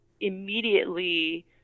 immediately